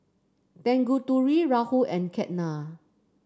Tanguturi Rahul and Ketna